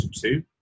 two